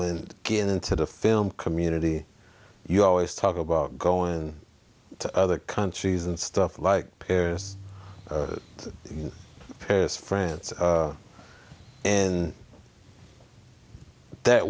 and get into the film community you always talk about going to other countries and stuff like paris in paris france and that